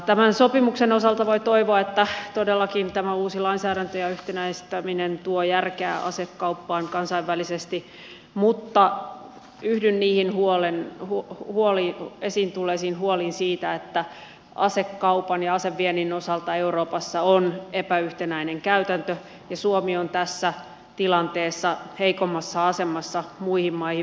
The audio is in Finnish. tämän sopimuksen osalta voi toivoa että todellakin tämä uusi lainsäädäntö ja yhtenäistäminen tuovat järkeä asekauppaan kansainvälisesti mutta yhdyn niihin esiin tulleisiin huoliin siitä että asekaupan ja aseviennin osalta euroopassa on epäyhtenäinen käytäntö ja suomi on tässä tilanteessa heikommassa asemassa muihin maihin verrattuna